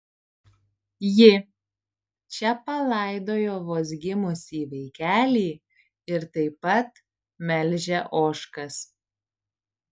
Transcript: ji čia palaidojo vos gimusį vaikelį ir taip pat melžia ožkas